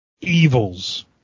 evils